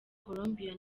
colombia